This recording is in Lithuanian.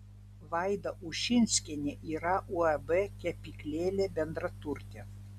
vaida ušinskienė yra uab kepyklėlė bendraturtė